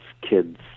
kids